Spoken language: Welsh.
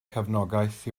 cefnogaeth